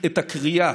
את הכרייה